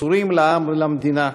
מסורים לעם ולמדינה,